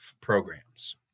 programs